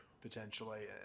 potentially